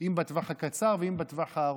אם בטווח הקצר ואם בטווח הארוך.